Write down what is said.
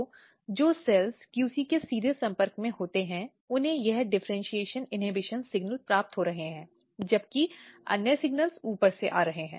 तो जो cells QC के सीधे संपर्क में होते हैं उन्हें यह डिफ़र्इन्शीएशन इन्हबिशन सिग्नॅल्स प्राप्त हो रहे हैं जबकि अन्य सिग्नॅल्स ऊपर से आ रहे हैं